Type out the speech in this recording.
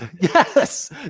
Yes